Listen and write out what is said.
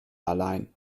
allein